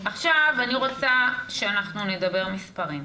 עכשיו אני רוצה שנדבר מספרים.